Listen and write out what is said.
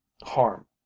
harm